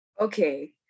Okay